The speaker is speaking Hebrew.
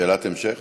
שאלת המשך.